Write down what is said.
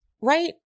right